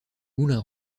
moulin